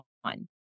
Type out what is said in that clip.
one